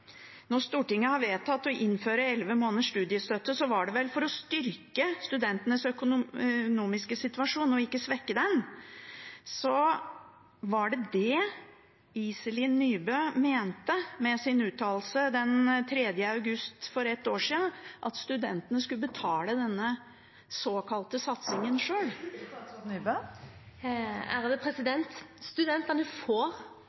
Når Stortinget har vedtatt å innføre elleve måneders studiestøtte, er det vel for å styrke studentenes økonomiske situasjon og ikke svekke den? Var det det Iselin Nybø mente med sin uttalelse den 3. august for ett år siden – at studentene skulle betale denne såkalte satsingen sjøl? Studentene får mer penger. De får